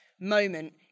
moment